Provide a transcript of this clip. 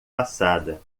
passada